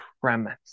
premise